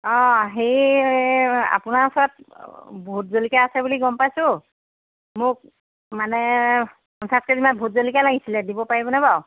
অঁ হেৰি এই আপোনাৰ ওচৰত ভোট জলকীয়া আছে বুলি গম পাইছোঁ মোক মানে পঞ্চাছ কে জিমান ভোটজলকীয়া লাগিছিলে দিব পাৰিবনে বাৰু